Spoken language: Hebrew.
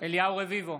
אליהו רביבו,